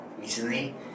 recently